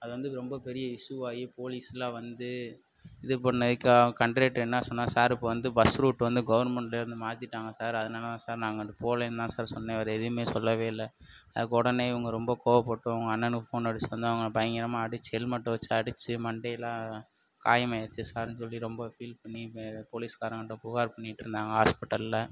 அது வந்து ரொம்ப பெரிய இஷ்ஷுவாகி போலீஸ்லாம் வந்து இது பண்ணதுக்கு கன்டெக்ட்டர் என்ன சொன்னாரு சார் இப்போ வந்து பஸ் ரூட் வந்து கவர்மெண்ட்ல இருந்து மாற்றிட்டாங்க சார் அதனால தான் சார் நாங்கள் போகலேன்னு தான் சார் சொன்னேன் வேறே எதுவுமே சொல்லவே இல்லை அதுக்கு உடனே இவங்க ரொம்ப கோபப்பட்டு அவங்க அண்ணனுக்கு ஃபோன் அடித்து வந்து அவங்க பயங்கரமாக அடித்து ஹெல்மெட்டை வச்சு அடித்து மண்டையெல்லாம் காயம் ஆகிடுச்சி சார்னு சொல்லி ரொம்ப ஃபீல் பண்ணி போலீஸ்காரங்ககிட்ட புகார் பண்ணிட்டு இருந்தாங்க ஆஸ்பிடலில்